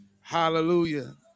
Hallelujah